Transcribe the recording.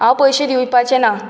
हांव पयशे दिवपाचें ना